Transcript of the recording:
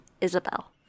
Isabel